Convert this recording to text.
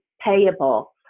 payable